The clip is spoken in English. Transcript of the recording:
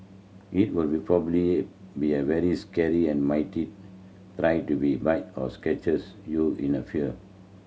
it will probably be a very scary and try to be bite or scratches you in a fear